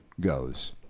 goes